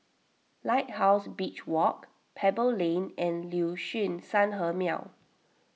Lighthouse Beach Walk Pebble Lane and Liuxun Sanhemiao